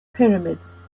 pyramids